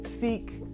seek